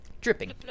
dripping